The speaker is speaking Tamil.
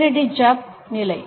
நேரடி ஜப் நிலை